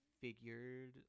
figured